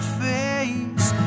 face